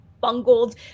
bungled